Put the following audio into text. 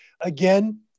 again